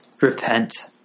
repent